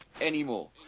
anymore